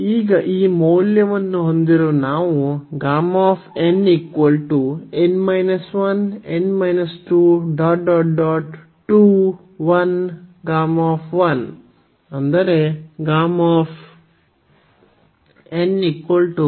ಈಗ ಈ ಮೌಲ್ಯವನ್ನು ಹೊಂದಿರುವ ನಾವು Γ ⋯ Γ ಅಂದರೆ Γ